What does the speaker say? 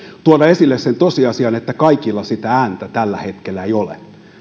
tuoda esille sen tosiasian että kaikilla sitä ääntä tällä hetkellä ei ole